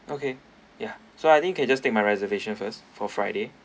okay ya so I think can just take my reservation first for friday